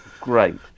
great